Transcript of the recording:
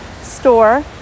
store